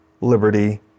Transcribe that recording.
liberty